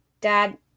Dad